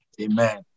Amen